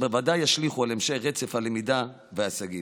בוודאי ישליכו על המשך רצף הלמידה וההישגים.